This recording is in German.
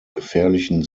gefährlichen